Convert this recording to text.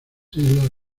islas